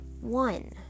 one